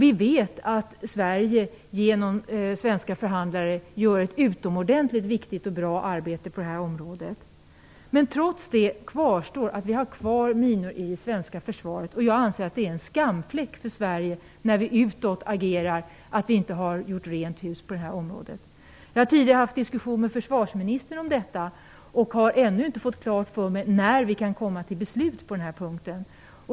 Vi vet att Sverige genom svenska förhandlare gör ett utomordentligt viktigt och bra arbete på det här området. Trots det kvarstår faktum: Vi har kvar minor i det svenska försvaret. Jag anser att det är en skamfläck för Sverige att vi inte har gjort rent hus på det här området, när vi agerar utåt. Jag har tidigare haft en diskussion med försvarsministern om detta och har ännu inte fått klart för mig när vi kan komma till beslut på den här punkten.